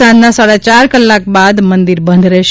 સાંજના સાડાચાર કલાક બાદ મંદિર બંધ રહેશે